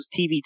TV